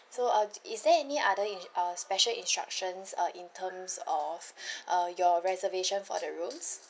so uh is there any other ins~ uh special instructions uh in terms of uh your reservation for the rooms